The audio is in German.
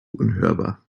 unhörbar